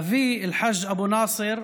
אבי, אל-חאג' אבו נאסר,